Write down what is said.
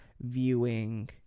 viewing